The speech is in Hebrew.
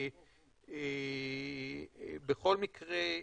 בכל מקרה,